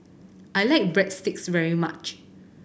I like Breadsticks very much